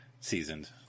Seasoned